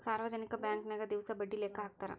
ಸಾರ್ವಜನಿಕ ಬಾಂಕನ್ಯಾಗ ದಿವಸ ಬಡ್ಡಿ ಲೆಕ್ಕಾ ಹಾಕ್ತಾರಾ